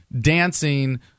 dancing